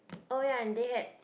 oh ya and they had